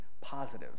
positive